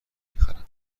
میخرم